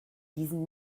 diesen